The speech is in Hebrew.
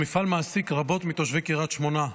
המפעל מעסיק רבים מתושבי קריית שמונה,